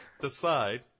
decide